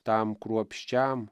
tam kruopščiam